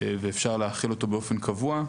ואפשר להחיל אותו באופן קבוע,